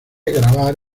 grabar